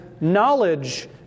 knowledge